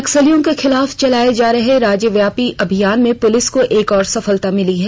नक्सलियों के खिलाफ चलाये जा रहे राज्यव्यापी अभियान में पुलिस को एक और सफलता मिली है